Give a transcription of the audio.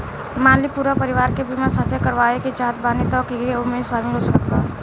मान ली पूरा परिवार के बीमाँ साथे करवाए के चाहत बानी त के के ओमे शामिल हो सकत बा?